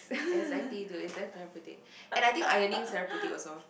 exactly dude it's damn therapeutic and I think ironing is therapeutic also